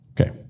Okay